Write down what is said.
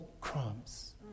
crumbs